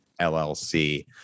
LLC